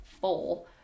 full